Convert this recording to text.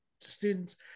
students